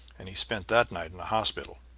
and he spent that night in a hospital.